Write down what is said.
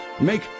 Make